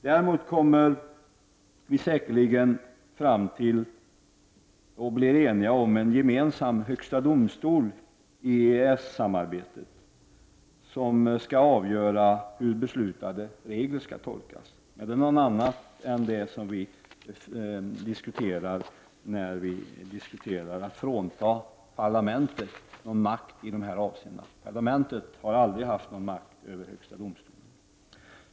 Däremot kommer vi säkerligen att bli eniga om en gemensam ”högsta domstol” i EES-samarbetet som skall avgöra hur beslutade regler skall tolkas. Det har diskuterats om parlamentet kommer att fråntas makten i dessa avseenden, men parlamentet har aldrig haft någon makt över högsta domstolen.